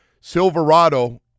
Silverado